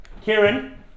Kieran